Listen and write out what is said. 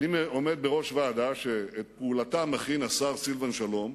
אני עומד בראש ועדה שאת פעולתה מכין השר סילבן שלום,